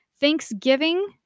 Thanksgiving